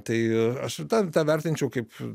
tai aš tą tąvertinčiau kaip